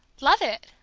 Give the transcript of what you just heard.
love it!